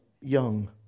young